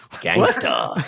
gangster